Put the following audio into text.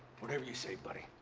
whatever you say, buddy.